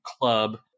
club